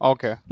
Okay